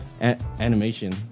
Animation